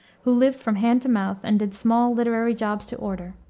who lived from hand to mouth and did small literary jobs to order.